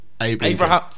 Abraham